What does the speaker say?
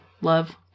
Love